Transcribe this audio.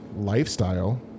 lifestyle